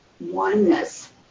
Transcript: oneness